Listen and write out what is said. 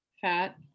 fat